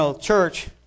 church